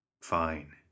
Fine